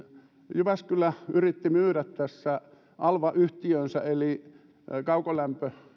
jyväskylä yritti tässä myydä alva yhtiötänsä eli kaukolämpö